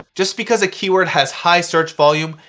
just because a keyword has high search volume,